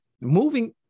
moving